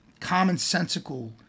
commonsensical